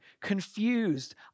confused